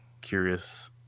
curious